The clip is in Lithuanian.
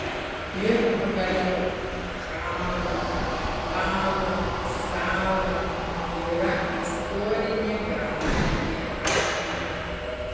ir pagaliau šąla bąla sąla yra istorinė gramatinė rašyba